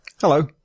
Hello